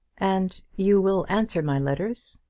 and you will answer my letters?